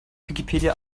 wikipedia